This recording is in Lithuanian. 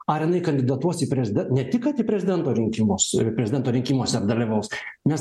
ar kandidatuos į prezi ne tik kad į prezidento rinkimus prezidento rinkimuose ar dalyvaus nes